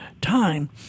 time